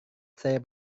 saya